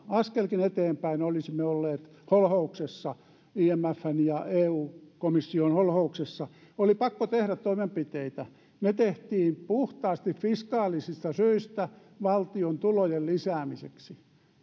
askelkin eteenpäin niin olisimme olleet holhouksessa imfn ja eu komission holhouksessa oli pakko tehdä toimenpiteitä ne tehtiin puhtaasti fiskaalisista syistä valtion tulojen lisäämiseksi